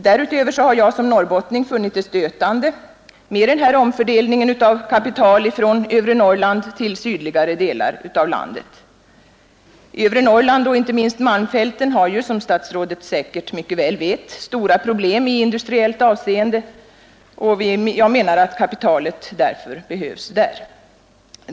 Därutöver har jag som norrbottning funnit det stötande med denna omfördelning av kapital från övre Norrland till sydligare delar av landet. Övre Norrland och inte minst malmfälten har ju som statsrådet säkert vet stora problem i industriellt avseende, och jag menar att kapitalet därför behövs där.